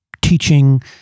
teaching